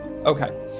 Okay